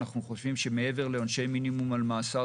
אנחנו חושבים שמעבר לעונשי מינימום על מאסר